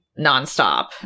nonstop